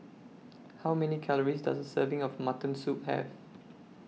How Many Calories Does A Serving of Mutton Soup Have